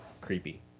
creepy